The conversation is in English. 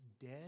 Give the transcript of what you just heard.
dead